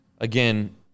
Again